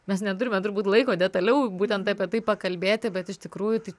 mes neturime turbūt laiko detaliau būtent apie tai pakalbėti bet iš tikrųjų tai